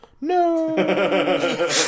No